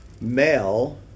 Male